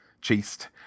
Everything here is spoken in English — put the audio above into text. chased